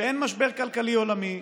שאין משבר כלכלי עולמי,